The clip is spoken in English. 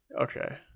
Okay